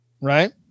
Right